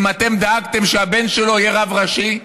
אם אתם דאגתם שהבן שלו יהיה רב ראשי?